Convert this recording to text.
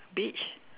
beige